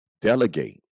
delegate